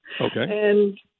Okay